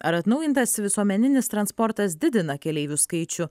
ar atnaujintas visuomeninis transportas didina keleivių skaičių